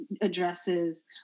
addresses